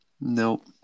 Nope